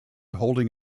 holding